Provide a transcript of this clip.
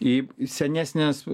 į senesnės